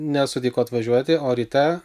nesutiko atvažiuoti o ryte